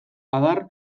adar